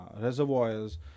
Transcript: reservoirs